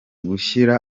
gushyira